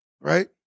Right